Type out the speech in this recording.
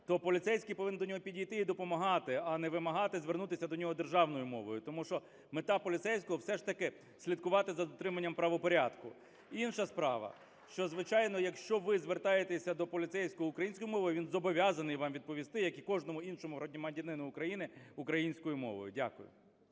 то поліцейський повинен до нього підійти і допомагати, а не вимагати звернутися до нього державною мовою. Тому що мета поліцейського все ж таки слідкувати за дотриманням правопорядку. Інша справа, що, звичайно, якщо ви звертаєтеся до поліцейського українською мовою, він зобов'язаний вам відповісти, як і кожному іншому громадянину України, українською мовою. Дякую.